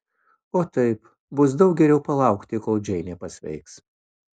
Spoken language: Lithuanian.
o taip bus daug geriau palaukti kol džeinė pasveiks